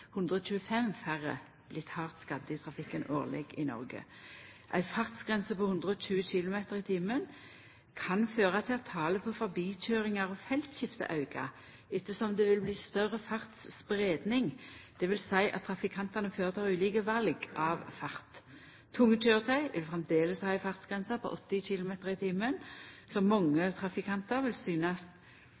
125 færre bli hardt skadde i trafikken i Noreg. Ei fartsgrense på 120 km/t kan føra til at talet på forbikøyringar og feltskifte aukar, ettersom det vil bli større spreiing, dvs. at trafikantane føretek ulike val av fart. Tunge køyretøy vil framleis ha ei fartsgrense på 80 km/t, samtidig som mange trafikantar vil synast